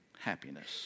happiness